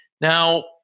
Now